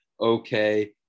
okay –